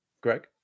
Greg